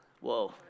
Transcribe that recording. Whoa